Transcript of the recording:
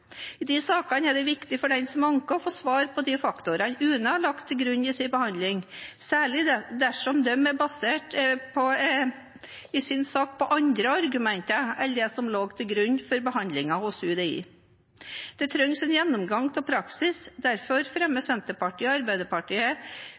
I de sakene er det viktig for den som anker, å få svare på de faktorene UNE har lagt til grunn i sin behandling, særlig dersom de har basert sin sak på andre argumenter enn det som lå til grunn for behandlingen hos UDI. Det trengs en gjennomgang av praksis, og derfor fremmer